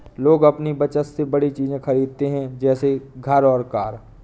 लोग अपनी बचत से बड़ी चीज़े खरीदते है जैसे घर और कार